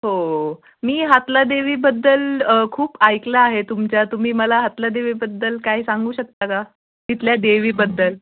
हो मी हातला देवीबद्दल खूप ऐकलं आहे तुमच्या तुम्ही मला हातला देवीबद्दल काय सांगू शकता का तिथल्या देवीबद्दल